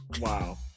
Wow